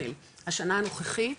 השנה הנוכחית,